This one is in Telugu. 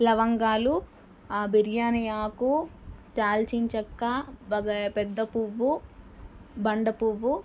లవంగాలు బిర్యానీ ఆకు దాల్చిన చెక్క బగా పెద్ద పువ్వు బండపువ్వు